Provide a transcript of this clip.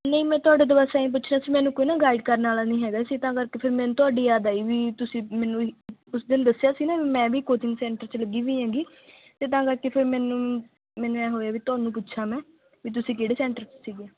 ਨਹੀਂ ਮੈਂ ਤੁਹਾਡੇ ਤੋਂ ਬਸ ਐਂਈ ਪੁੱਛਣਾ ਸੀ ਮੈਨੂੰ ਕੋਈ ਨਾ ਗਾਈਡ ਕਰਨ ਵਾਲਾ ਨਹੀਂ ਹੈਗਾ ਸੀ ਤਾਂ ਕਰਕੇ ਫਿਰ ਮੈਨੂੰ ਤੁਹਾਡੀ ਯਾਦ ਆਈ ਵੀ ਤੁਸੀਂ ਮੈਨੂੰ ਉਸ ਦਿਨ ਦੱਸਿਆ ਸੀ ਨਾ ਵੀ ਮੈਂ ਵੀ ਕੋਚਿੰਗ ਸੈਂਟਰ 'ਚ ਲੱਗੀ ਵੀ ਹੈਗੀ ਅਤੇ ਤਾਂ ਕਰਕੇ ਫਿਰ ਮੈਨੂੰ ਮੈਨੂੰ ਐਂ ਹੋਇਆ ਵੀ ਤੁਹਾਨੂੰ ਪੁੱਛਾਂ ਮੈਂ ਵੀ ਤੁਸੀਂ ਕਿਹੜੇ ਸੈਂਟਰ 'ਚ ਸੀਗੇ